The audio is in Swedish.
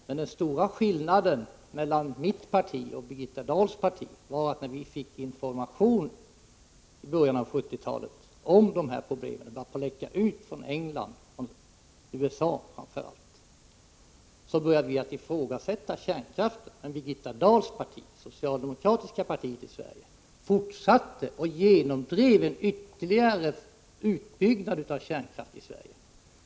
Men den stora skillnaden mellan mitt parti och Birgitta Dahls parti var att när vi i början av 1970-talet fick information om dessa problem — det började läcka ut uppgifter från framför allt England och USA — ifrågasatte vi kärnkraften, medan Birgitta Dahls parti, socialdemokraterna, fortsatte och genomdrev en ytterligare utbyggnad av kärnkraften i Sverige.